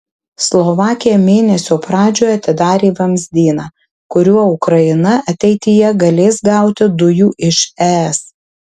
slovakija mėnesio pradžioje atidarė vamzdyną kuriuo ukraina ateityje galės gauti dujų iš es